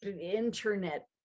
internet